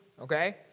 okay